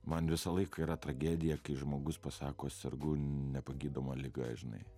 man visą laiką yra tragedija kai žmogus pasako sergu nepagydoma liga žinai